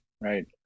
right